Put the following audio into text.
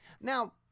Now